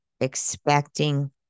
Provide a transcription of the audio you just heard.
expecting